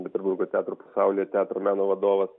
sank peterburgo teatro pasaulyje teatro meno vadovas